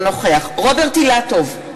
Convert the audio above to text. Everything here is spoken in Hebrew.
אינו נוכח רוברט אילטוב,